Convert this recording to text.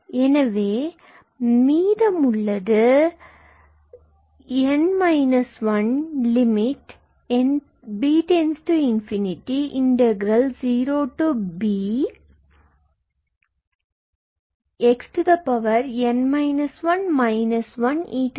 எனவே நம்மிடம் மீதம் இருப்பது 𝑛−1lim𝐵→∞0Bxn 1 1 e xdx உள்ளது